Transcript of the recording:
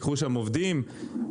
יהיו להם עובדים מקומיים,